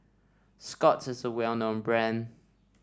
Scott's is a well known brand